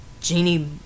Genie